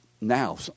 now